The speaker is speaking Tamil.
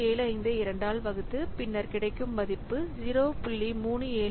75 ஐ 2 ஆல் வகுத்து பின்னர் கிடைக்கும் மதிப்பு 0